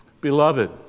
Beloved